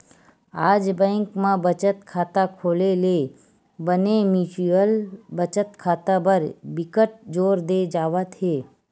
आज बेंक म बचत खाता खोले ले बने म्युचुअल बचत खाता बर बिकट जोर दे जावत हे